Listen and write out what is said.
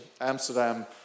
Amsterdam